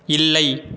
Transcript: இல்லை